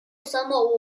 somewhat